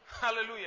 Hallelujah